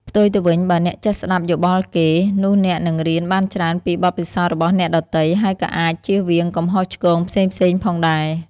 ផ្ទុយទៅវិញ បើអ្នកចេះស្ដាប់យោបល់គេ នោះអ្នកនឹងរៀនបានច្រើនពីបទពិសោធន៍របស់អ្នកដទៃ ហើយក៏អាចជៀសវាងកំហុសឆ្គងផ្សេងៗផងដែរ។